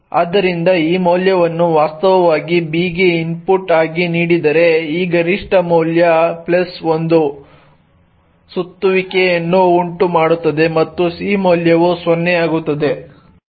ಆದ್ದರಿಂದ ಈ ಮೌಲ್ಯವನ್ನು ವಾಸ್ತವವಾಗಿ b ಗೆ ಇನ್ಪುಟ್ ಆಗಿ ನೀಡಿದರೆ ಈ ಗರಿಷ್ಠ ಮೌಲ್ಯ 1 ಒಂದು ಸುತ್ತುವಿಕೆಯನ್ನು ಉಂಟುಮಾಡುತ್ತದೆ ಮತ್ತು c ಮೌಲ್ಯವು 0 ಆಗುತ್ತದೆ